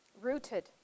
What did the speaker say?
Rooted